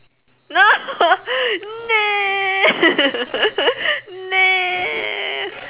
no no no